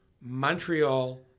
Montreal